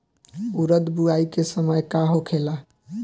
उरद बुआई के समय का होखेला?